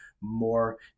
more